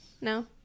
No